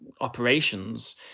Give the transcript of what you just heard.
operations